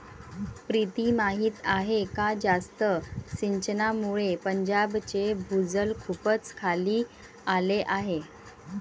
प्रीती माहीत आहे का जास्त सिंचनामुळे पंजाबचे भूजल खूपच खाली आले आहे